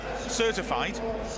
certified